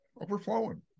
overflowing